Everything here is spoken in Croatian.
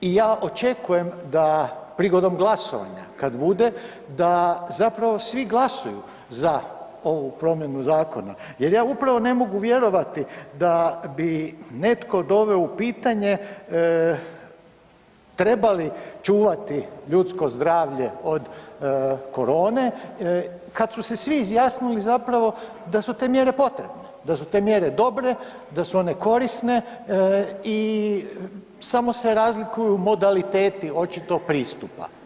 I ja očekujem da prigodom glasovanja kada bude da zapravo svi glasuju za ovu promjenu zakona, jer ja upravo ne mogu vjerovati da bi netko doveo u pitanje treba li čuvati ljudsko zdravlje od korone kada su se svi izjasnili zapravo da su te mjere potrebne, da su te mjere dobre, da su one korisne i samo se razlikuju modaliteti očito pristupa.